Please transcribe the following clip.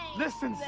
listen, so